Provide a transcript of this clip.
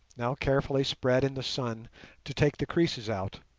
now carefully spread in the sun to take the creases out,